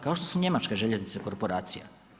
Kao što su njemačke željeznice korporacija.